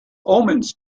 omens